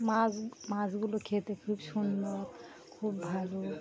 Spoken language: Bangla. মাছ মাছগুলো খেতে খুব সুন্দর খুব ভালো